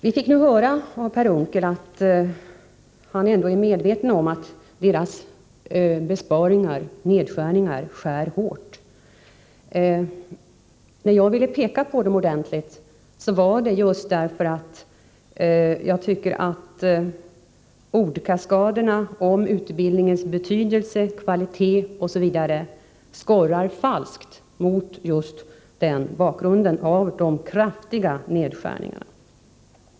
Vi fick nu höra av Per Unckel att han är medveten om att moderaternas besparingar betyder hårda nedskärningar. Anledningen till att jag ville peka särskilt på detta var att jag tycker att ordkaskaderna om utbildningens betydelse, kvalitet osv. skorrar falskt just mot bakgrund av dessa kraftiga nedskärningar.